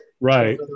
right